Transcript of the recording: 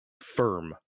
firm